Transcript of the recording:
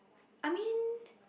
I mean